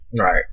Right